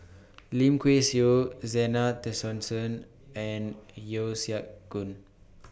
Lim Kay Siu Zena Tessensohn and Yeo Siak Goon